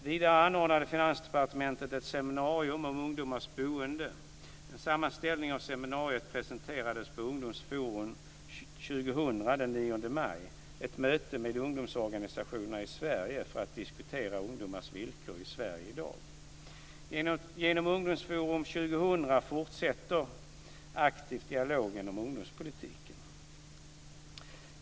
Vidare anordnade Finansdepartementet ett seminarium om ungdomars boende. En sammanställning av seminariet presenterades på Ungdomsforum 2000 den 9 maj, ett möte med ungdomsorganisationerna i Sverige för att diskutera ungdomars villkor i Sverige i dag. Genom Ungdomsforum 2000 fortsätter aktivt dialogen om ungdomspolitiken.